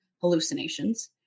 hallucinations